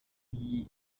die